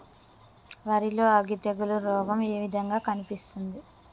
వరి లో అగ్గి తెగులు రోగం ఏ విధంగా కనిపిస్తుంది?